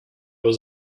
was